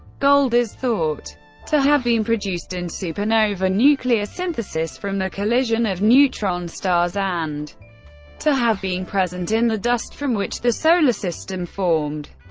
gold is thought to have been produced in supernova nucleosynthesis, from the collision of neutron stars, and to have been present in the dust from which the solar system formed.